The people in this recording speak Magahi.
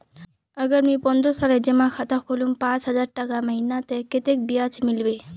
अगर मुई पन्द्रोह सालेर जमा खाता खोलूम पाँच हजारटका महीना ते कतेक ब्याज मिलबे?